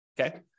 okay